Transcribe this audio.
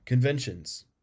Conventions